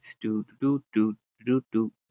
Do-do-do-do-do-do